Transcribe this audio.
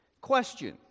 Question